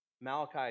Malachi